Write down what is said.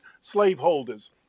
slaveholders